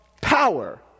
power